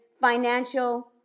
financial